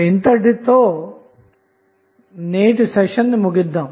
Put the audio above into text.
ఇంతటితో నేటి సెషన్నుముగిద్దాము